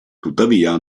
tuttavia